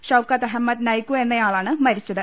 ഷൌക്കത്ത് അഹമ്മദ് നൈകു എന്നയാളാണ് മരിച്ചത്